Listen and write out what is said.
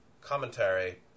commentary